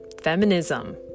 Feminism